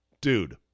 dude